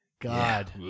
God